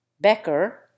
Becker